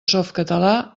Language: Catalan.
softcatalà